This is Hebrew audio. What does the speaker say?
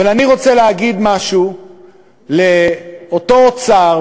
אבל אני רוצה להגיד משהו לאותו אוצר,